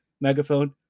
Megaphone